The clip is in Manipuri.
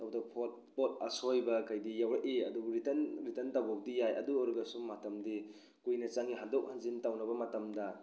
ꯇꯧꯕꯇꯕꯨ ꯄꯣꯠ ꯄꯣꯠ ꯑꯁꯣꯏꯕ ꯈꯩꯗꯤ ꯌꯥꯎꯔꯛꯏ ꯑꯗꯨꯕꯨ ꯔꯤꯇꯟ ꯔꯤꯇꯟ ꯇꯧꯕ ꯐꯥꯎꯗꯤ ꯌꯥꯏ ꯑꯗꯨ ꯑꯣꯏꯔꯒꯁꯨ ꯃꯇꯝꯗꯤ ꯀꯨꯏꯅ ꯆꯪꯉꯤ ꯍꯟꯗꯣꯛ ꯍꯟꯖꯤꯟ ꯇꯧꯅꯕ ꯃꯇꯝꯗ